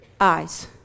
eyes